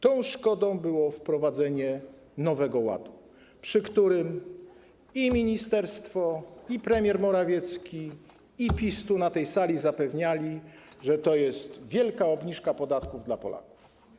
Tą szkodą było wprowadzenie Nowego Ładu, przy którym i ministerstwo, i premier Morawiecki, i PiS tu, na tej sali, zapewniali, że to jest wielka obniżka podatków dla Polaków.